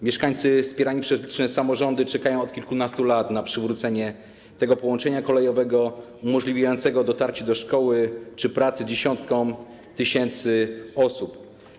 Mieszkańcy wspierani przez liczne samorządy czekają od kilkunastu lat na przywrócenie tego połączenia kolejowego, umożliwiającego dotarcie do szkoły czy pracy dziesiątkom tysięcy osób.